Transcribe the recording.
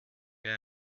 wer